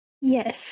yes